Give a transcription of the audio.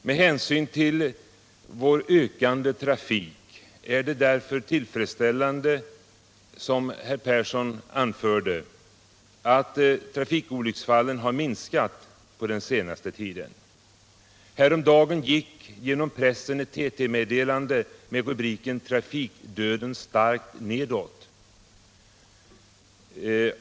Med hänsyn till vår ökande trafik är det därför tillfredsställande, som Arne Persson anförde, att antalet trafikolyckor har minskat under den senaste tiden. Häromdagen gick genom pressen ett TT-meddelande med rubriken Trafikdöden starkt nedåt.